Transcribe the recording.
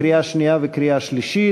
לקריאה שנייה וקריאה שלישית.